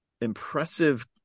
Impressive